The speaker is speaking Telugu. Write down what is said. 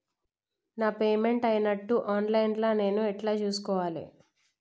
నా పేమెంట్ అయినట్టు ఆన్ లైన్ లా నేను ఎట్ల చూస్కోవాలే?